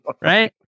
right